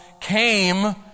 came